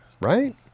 Right